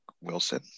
Wilson